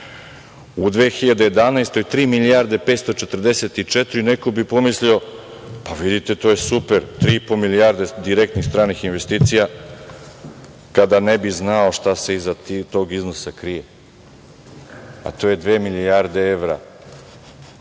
tri milijarde 544. Neko bi pomislio, pa vidite, to je super, tri i po milijarde direktnih stranih investicija, kada ne bi znao šta se iza tog iznosa krije, a to je dve milijarde evra